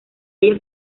ello